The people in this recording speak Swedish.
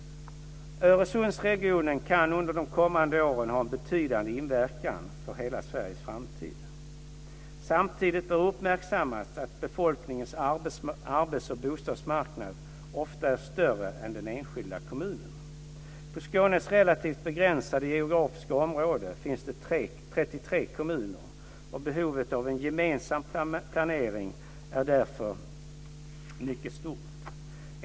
Öresundsregionen kan under de kommande åren ha en betydande inverkan för hela Sveriges framtid. Samtidigt bör uppmärksammas att befolkningens arbets och bostadsmarknad ofta är större än den enskilda kommunen. På Skånes relativt begränsade geografiska område finns det 33 kommuner, och behovet av gemensam planering är därför mycket stort.